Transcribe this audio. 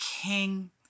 king